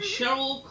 Cheryl